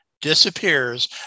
disappears